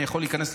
אני יכול להיכנס,